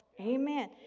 Amen